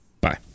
Bye